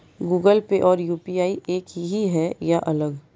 Google Pay और UPI एक ही है या अलग?